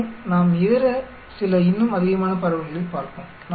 மேலும் நாம் இதர சில இன்னும் அதிகமான பரவல்களைப் பார்ப்போம்